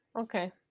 Okay